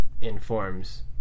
informs